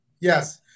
Yes